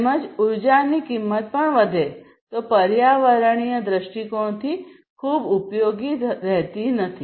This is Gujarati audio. તેમજ ઉર્જાની કિંમત પણ વધે તો તે પર્યાવરણીય દૃષ્ટિકોણથી ખૂબ ઉપયોગી નથી